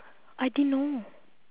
I didn't know